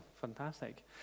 Fantastic